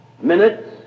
minutes